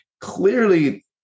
clearly